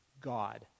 God